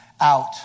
Out